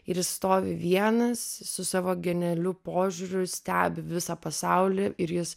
ir jis stovi vienas su savo genialiu požiūriu stebi visą pasaulį ir jis